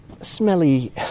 smelly